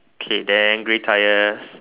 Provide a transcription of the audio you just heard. okay then grey tire